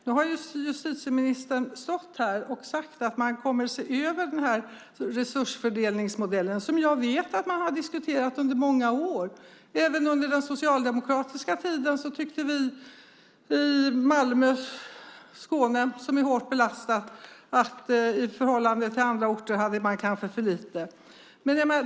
Nu har justitieministern stått här och sagt att man kommer att se över resursfördelningsmodellen, som jag vet att man har diskuterat under många år, även om vi i Malmö och Skåne, som är hårt belastat, under den socialdemokratiska tiden tyckte att vi kanske hade för lite i förhållande till andra orter.